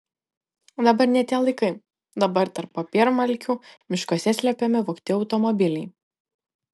dabar ne tie laikai dabar tarp popiermalkių miškuose slepiami vogti automobiliai